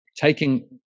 taking